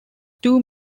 two